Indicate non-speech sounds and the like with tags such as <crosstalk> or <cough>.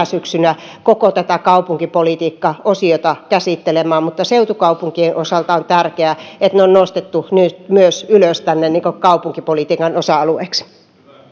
<unintelligible> syksynä koko kaupunkipolitiikkaosiota käsittelemään mutta seutukaupunkien osalta on tärkeää että ne on nostettu nyt ylös kaupunkipolitiikan osa alueeksi